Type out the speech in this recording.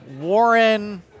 Warren